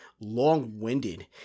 long-winded